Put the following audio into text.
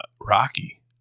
Rocky